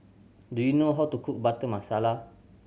do you know how to cook Butter Masala